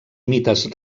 mites